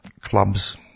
clubs